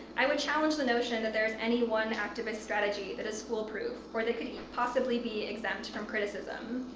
i would challenge the notion that there is any one activist strategy that is full proof, or they could possibly be exempt from criticism,